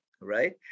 right